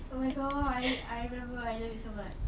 oh my god I I remember I love it so much